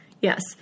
Yes